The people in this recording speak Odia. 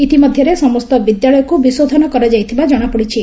ଇତିମଧ୍ଧରେ ସମସ୍ତ ବିଦ୍ୟାଳୟକୁ ବିଶୋଧନ କରାଯାଇଥିବା କଣାପଡିଛି